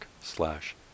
slash